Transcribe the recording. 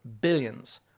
billions